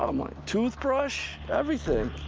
ah my toothbrush? everything.